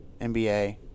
NBA